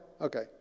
Okay